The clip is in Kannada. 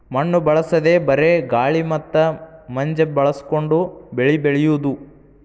ಮಣ್ಣು ಬಳಸದೇ ಬರೇ ಗಾಳಿ ಮತ್ತ ಮಂಜ ಬಳಸಕೊಂಡ ಬೆಳಿ ಬೆಳಿಯುದು